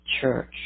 church